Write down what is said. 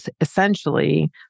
essentially